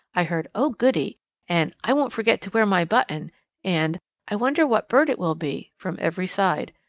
i heard oh, goody and i won't forget to wear my button and i wonder what bird it will be from every side.